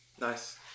Nice